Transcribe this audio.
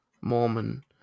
Mormon